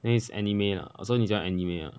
then is anime lah so 你喜欢 anime lah